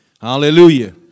Hallelujah